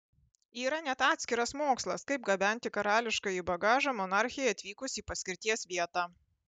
yra net atskiras mokslas kaip gabenti karališkąjį bagažą monarchei atvykus į paskirties vietą